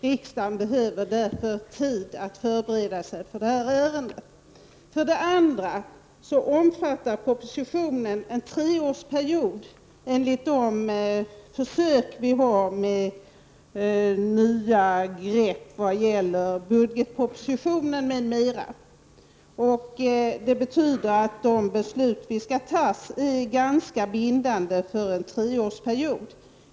Riksdagen behöver därför tid att förbereda sig för detta ärende. För det andra omfattar propositionen en treårsperiod i enlighet med de pågående försöken med nya ”grepp” när det gäller budgetpropositionen m.m. , vilket betyder att det beslut som skall fattas är bindande för en treårsperiod.